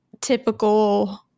typical